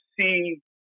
see